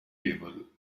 table